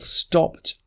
stopped